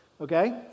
Okay